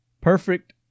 Perfect